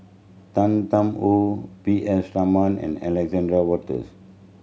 Tan Tarn How P S Raman and Alexander Wolters